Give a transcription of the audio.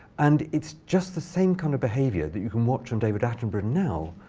and it's just the same kind of behavior that you can watch on david attenborough now,